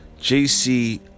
JC